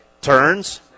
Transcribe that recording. turns